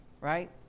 right